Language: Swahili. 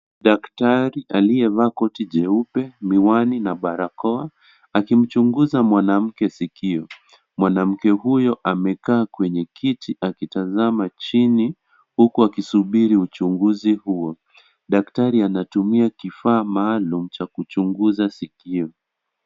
Daktari aliyevaa koti jeupe, miwani na barakoa, akimchukuza mwanamke sikio. Mwanamke huyo, amekaa kwenye kiti akitazama chini, huku wakisubiri uchunguzi huo. Daktari anatumia kifaa maalum cha kuchunguza sikio.